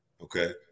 okay